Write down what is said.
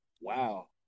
wow